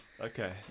Okay